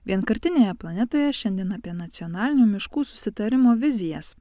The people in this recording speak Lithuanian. vienkartinėje planetoje šiandien apie nacionalinių miškų susitarimo vizijas